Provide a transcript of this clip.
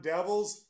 Devils